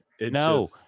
no